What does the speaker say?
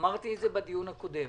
אמרתי את זה בדיון הקודם,